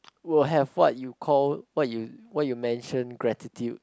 will have what you called what you what you mention gratitude